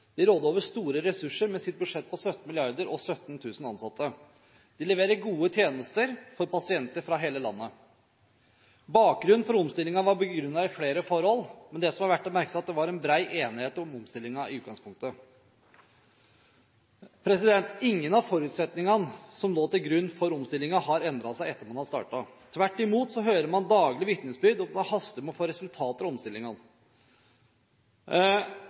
De råder over store ressurser med sitt budsjett på 17 mrd. kr og 17 000 ansatte. De leverer gode tjenester for pasienter fra hele landet. Bakgrunnen for omstillingen var begrunnet i flere forhold, men det som er verdt å merke seg, er at det var bred enighet om omstillingen i utgangspunktet. Ingen av forutsetningene som lå til grunn for omstillingen, har endret seg etter at man startet. Tvert imot hører man daglig vitnesbyrd om at det haster å få resultater av omstillingene.